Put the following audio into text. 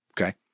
Okay